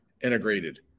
integrated